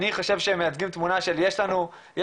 אני חושב שהם מייצגים תמונה שיש עתיד,